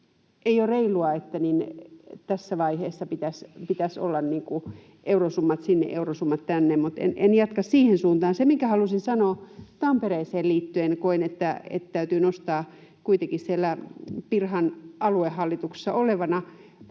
ei ole reilua, että tässä vaiheessa pitäisi olla eurosummat sinne, eurosummat tänne. En jatka siihen suuntaan. Se, minkä halusin sanoa Tampereeseen liittyen — koen, että se täytyy nostaa kuitenkin siellä Pirhan aluehallituksessa olevana: